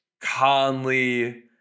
Conley